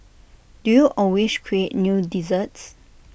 do you always create new desserts